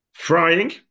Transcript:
Frying